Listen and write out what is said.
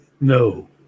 No